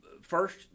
First